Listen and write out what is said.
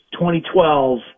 2012